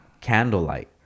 Candlelight